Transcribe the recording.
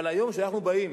אבל היום, כשאנחנו באים,